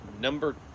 Number